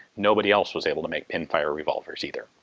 nobody else was able to make pinfire revolvers either.